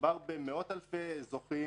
מדובר במאות אלפי זוכים,